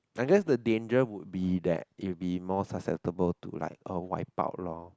I guess the danger will be that it will be more susceptible to like a wipe out lor